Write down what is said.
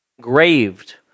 graved